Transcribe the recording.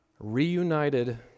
reunited